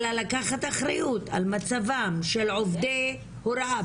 אלא לקחת אחריות על מצבם של עובדי הוראה.